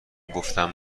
گفتم